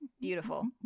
Beautiful